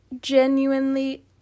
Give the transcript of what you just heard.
genuinely